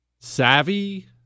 Savvy